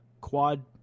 quad